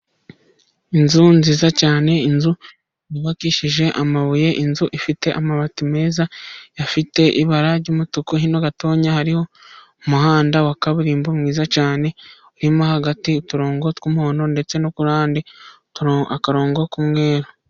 Inzu nziza cyane, inzu yubakishije amabuye. Inzu ifite amabati meza afite ibara ry’umutuku. Hino gatoya, hariho umuhanda wa kaburimbo mwiza cyane, urimo hagati uturongo tw’umuhondo, ndetse no ku ruhande akarongo k’umweru.